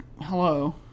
hello